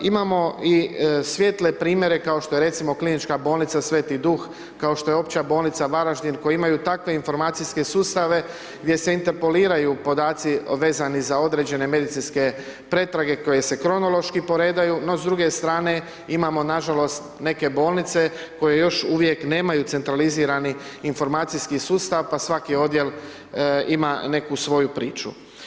Imamo i svijetle primjere kao što je KB Sveti Duh, kao što je Opća bolnica Varaždin koji imaju takve informacijske sustave gdje se interpoliraju podaci vezani za određene medicinske pretrage, koje se kronološki poredaju no s druge strane imamo nažalost neke bolnice koje još uvijek nemaju centralizirani informacijski sustav pa svaki odjel ima neku svoju priču.